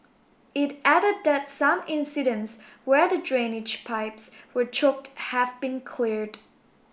it added that some incidents where the drainage pipes were choked have been cleared